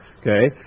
okay